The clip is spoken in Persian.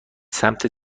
سمت